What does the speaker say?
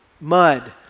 mud